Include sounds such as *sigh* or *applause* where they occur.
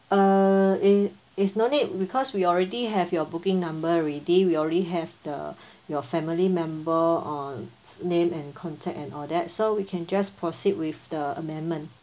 uh i~ is no need because we already have your booking number already we already have the *breath* your family member uh name and contact and all that so we can just proceed with the amendment